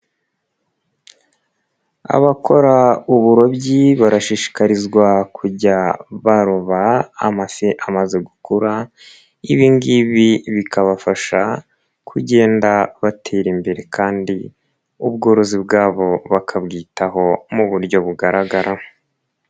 Abakora uburobyi barashishikarizwa kujya baroba amafi amaze gukura ibi ngibi bikabafasha kugenda batera imbere kandi ubworozi bwabo bakabwitaho mu buryo bugaragara.